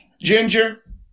ginger